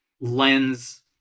lens